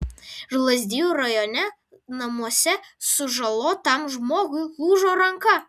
lazdijų rajone namuose sužalotam žmogui lūžo ranka